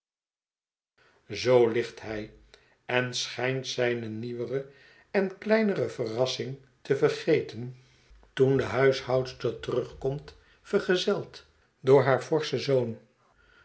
zoo ligt hij en schijnt zijne nieuwere en kleinere verrassing te vergeten toen de huishoudster terugkomt vergezeld door haar